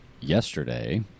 yesterday